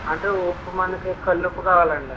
అంటే ఉప్పు మనకి కళ్ళుప్పు కావాలండి